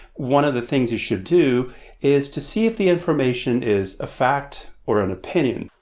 one of the things you should do is to see if the information is a fact or an opinion.